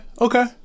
okay